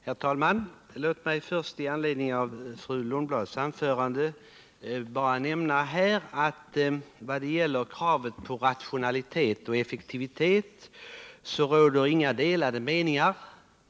Herr talman! Låt mig först i anledning av fru Lundblads anförande bara nämna att vad gäller kravet på rationalitet och effektivitet så råder inga delade meningar.